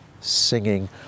singing